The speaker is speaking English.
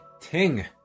Ting